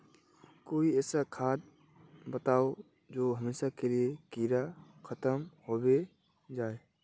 कोई ऐसा खाद बताउ जो हमेशा के लिए कीड़ा खतम होबे जाए?